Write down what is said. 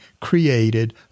created